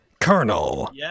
Colonel